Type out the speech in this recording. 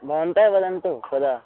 भवन्तः वदन्तु कदा